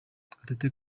gatete